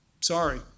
Sorry